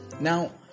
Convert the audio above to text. now